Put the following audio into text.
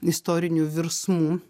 istorinių virsmų